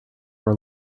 are